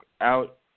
out